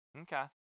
Okay